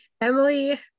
Emily